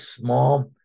small